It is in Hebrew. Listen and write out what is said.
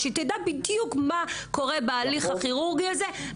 שתדע בדיוק מה קורה בהליך הכירורגי הזה,